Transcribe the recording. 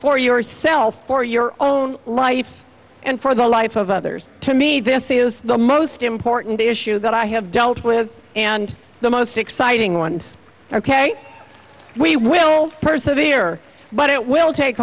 for yourself for your own life and for the life of others to me this is the most important issue that i have dealt with and the most exciting one ok we will persevered but it will take